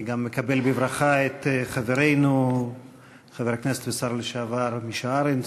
אני גם מקבל בברכה את חברנו חבר הכנסת והשר לשעבר מישה ארנס,